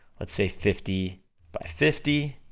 let's say, fifty by fifty,